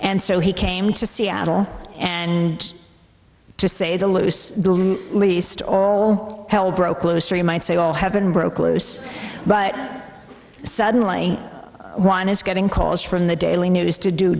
and so he came to seattle and to say the loose least all hell broke loose or you might say all have been broke loose but suddenly one is getting calls from the daily news to do